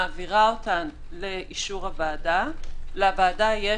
מעבירה אותן לאישור הוועדה,